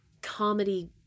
comedy